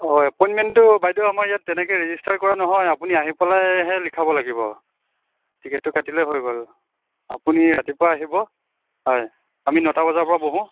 হয় এপইণ্টমেণ্টটো বাইদেউ আমাৰ ইয়াত তেনেকৈ ৰেজিষ্টাৰ কৰা নহয় আপুনি আহি পেলাইহে লিখাব লাগিব টিকেটটো কাটিলেই হৈ গ'ল আপুনি ৰাতিপুৱা আহিব হয় আমি নটা বজাৰ পৰা বহোঁ